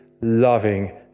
loving